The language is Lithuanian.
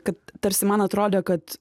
kad tarsi man atrodė kad